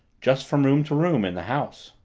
just from room to room in the house.